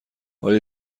آیا